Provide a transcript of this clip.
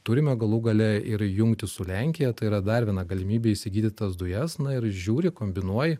turime galų gale ir jungtį su lenkija tai yra dar viena galimybė įsigyti tas dujas na ir žiūri kombinuoji